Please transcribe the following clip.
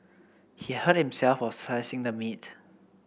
he hurt himself while slicing the meat